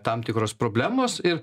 tam tikros problemos ir